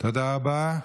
תודה רבה.